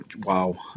wow